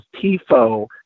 TIFO